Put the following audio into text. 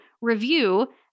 review